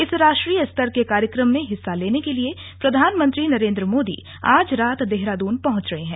इस राष्ट्रीय स्तर के कार्यक्रम में हिस्सा लेने के लिए प्रधानमंत्री नरेन्द्र मोदी आज रात देहरादून पहुंच रहे हैं